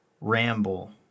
ramble